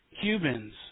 Cubans